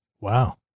Wow